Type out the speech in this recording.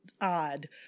odd